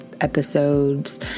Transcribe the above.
episodes